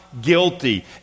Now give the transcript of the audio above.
guilty